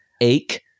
ache